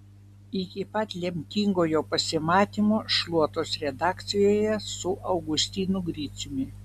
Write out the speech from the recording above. iki pat lemtingojo pasimatymo šluotos redakcijoje su augustinu griciumi